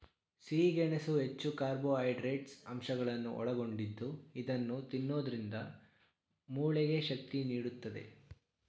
ಸಿಹಿ ಗೆಣಸು ಹೆಚ್ಚು ಕಾರ್ಬೋಹೈಡ್ರೇಟ್ಸ್ ಅಂಶಗಳನ್ನು ಒಳಗೊಂಡಿದ್ದು ಇದನ್ನು ತಿನ್ನೋದ್ರಿಂದ ಮೂಳೆಗೆ ಶಕ್ತಿ ನೀಡುತ್ತದೆ